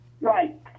Right